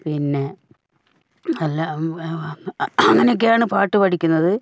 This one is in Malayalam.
പിന്നെ നല്ല അങ്ങനെയൊക്കെയാണ് പാട്ട് പഠിക്കുന്നത്